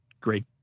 Great